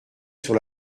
sur